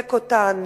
לחזק אותן